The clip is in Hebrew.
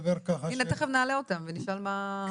הנה תיכף נעלה אותם ונשאל מה הם עושים.